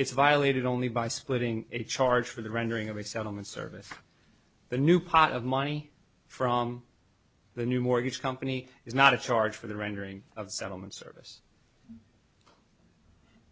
is violated only by splitting a charge for the rendering of a settlement service the new pot of money from the new mortgage company is not a charge for the rendering of settlement service